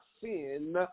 sin